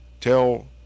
tell